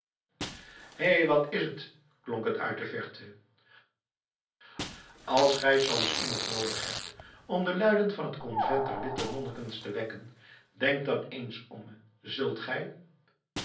hei wat is het klonk het uit de verte als gij soms iemand noodig hebt om de luiden in het convent der witte nonnekens te wekken denk dan eens om me zult gij